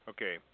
Okay